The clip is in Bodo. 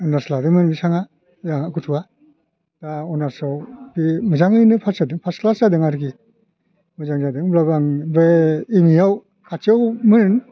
अनार्च लादोंमोन बिथाङा जाहा गथ'आ दा अनार्चआव बे मोजाङैनो पास जादों फास क्लास जादों आरोखि मोजां जादों होनब्लाबो आं बे एम ए आव खाथियावमोन